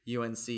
UNC